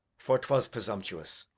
for twas presumptuous,